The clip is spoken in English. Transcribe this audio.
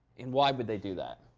and why would they do that?